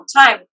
time